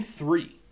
three